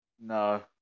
No